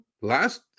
last